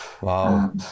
wow